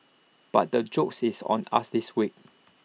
but the jokes is on us this week